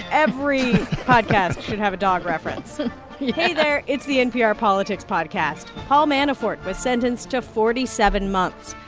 every podcast should have a dog reference hey there. it's the npr politics podcast. paul manafort was sentenced to forty seven months.